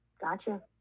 Gotcha